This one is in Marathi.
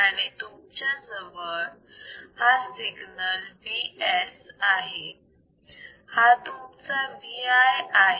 आणि तुमच्याजवळ हा सिग्नल VS आहे हा तुमचा Vi आहे